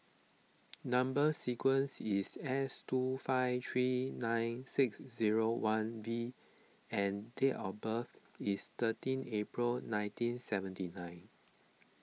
Number Sequence is S two five three nine six zero one V and date of birth is thirteen April nineteen seventy nine